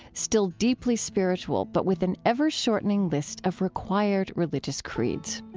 still deeply spiritual, but with an ever-shortening list of required religious creeds.